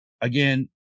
again